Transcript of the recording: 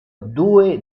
due